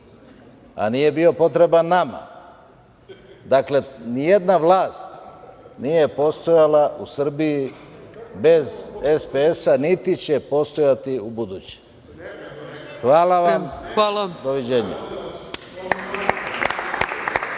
a nije bio potreban nama. Dakle, ni jedna vlast nije postojala u Srbiji bez SPS, niti će postojati ubuduće. Hvala vam. Doviđenja.